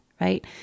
Right